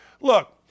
Look